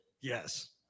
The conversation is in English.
Yes